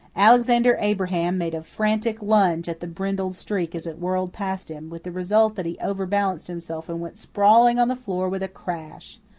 alexander abraham made a frantic lunge at the brindled streak as it whirled past him, with the result that he overbalanced himself and went sprawling on the floor with a crash.